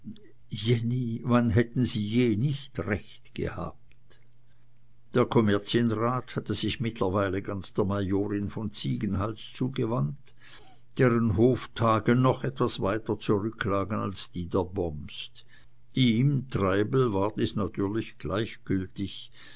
jenny wann hätten sie je nicht recht gehabt der kommerzienrat hatte sich mittlerweile ganz der majorin von ziegenhals zugewandt deren hoftage noch etwas weiter zurücklagen als die der bomst ihm treibel war dies natürlich gleichgültig